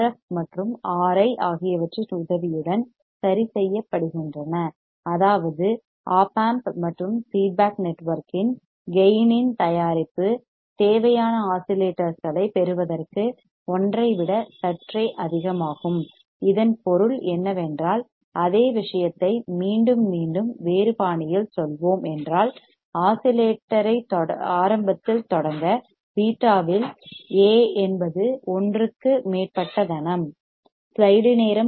F RF மற்றும் RI RI ஆகியவற்றின் உதவியுடன் சரிசெய்யப்படுகின்றன அதாவது ஒப் ஆம்ப் மற்றும் ஃபீட்பேக் நெட்வொர்க்கின் கேயின் இன் தயாரிப்பு தேவையான ஆஸிலேட்டர்களைப் பெறுவதற்கு ஒன்றை விட சற்றே அதிகமாகும் இதன் பொருள் என்னவென்றால் அதே விஷயத்தை மீண்டும் மீண்டும் வேறு பாணியில் சொல்வோம் என்றால் ஆஸிலேட்டர் ஐத் ஆரம்பத்தில் தொடங்க பீட்டாவில் A என்பது ஒன்றுக்கு மேற்பட்ட தனம்